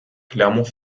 clermont